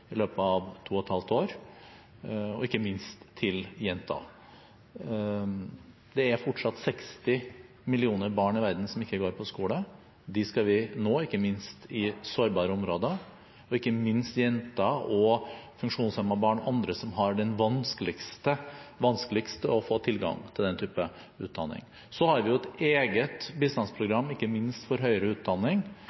verden som ikke går på skole. Dem skal vi nå, ikke minst i sårbare områder og ikke minst jenter, funksjonshemmede barn og andre som har vanskeligst for å få tilgang til den type utdanning. Vi har ikke minst et eget